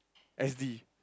S_D